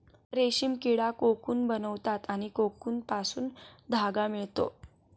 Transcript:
रेशीम किडा कोकून बनवतात आणि कोकूनपासून धागा मिळतो